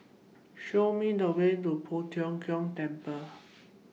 Show Me The Way to Poh Tiong Kiong Temple